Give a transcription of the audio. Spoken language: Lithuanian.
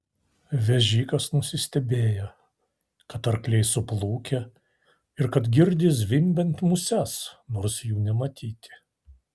vežikas nusistebėjo kad arkliai suplukę ir kad girdi zvimbiant muses nors jų nematyti